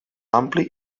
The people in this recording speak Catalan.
ampli